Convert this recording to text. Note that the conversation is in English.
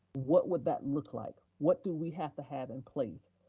what would that look like? what do we have to have in place?